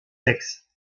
sexes